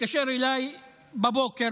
מוקדם בבוקר